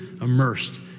immersed